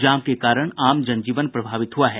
जाम के कारण आम जन जीवन प्रभावित हुआ है